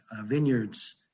vineyards